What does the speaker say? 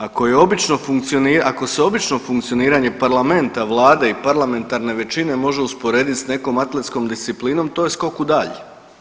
Ako je obično funkcioniranje, ako se obično funkcioniranje parlamenta, vlade i parlamentarne većine može usporediti s nekom atletskom disciplinom to je skok u dalj.